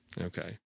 okay